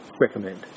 recommend